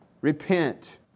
Repent